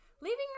leaving